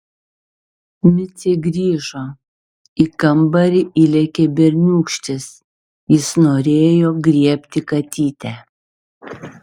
micė grįžo į kambarį įlėkė berniūkštis jis norėjo griebti katytę